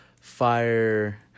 fire